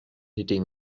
hitting